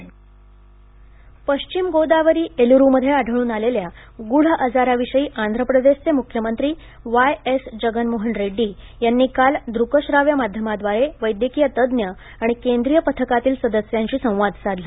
आंध्र प्रदेश आजार पश्चिम गोदावरी एलुरूमध्ये आढळून आलेल्या गूढ आजाराविषयी आंध्र प्रदेशचे मुख्यमंत्री वाय एस जगनमोहन रेड्डी यांनी काल दृक श्राव्य माध्यमाद्वारे वैद्यकीय तज्ज्ञ आणि केंद्रीय पथकातील सदस्यांशी संवाद साधला